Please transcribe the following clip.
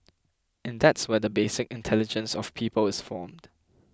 and that's where the basic intelligence of people is formed